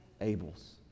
abel's